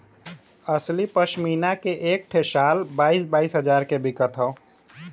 असली पश्मीना के एक ठे शाल बाईस बाईस हजार मे बिकत हौ